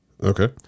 Okay